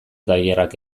tailerrak